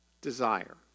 desire